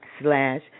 slash